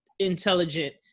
intelligent